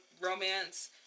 romance